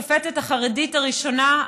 השופטת החרדית הראשונה,